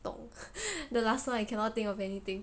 不懂 the last time I cannot think of anything